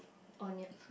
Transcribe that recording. on your